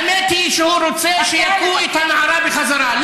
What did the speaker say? האמת היא שהוא רוצה שיכו את הנערה בחזרה.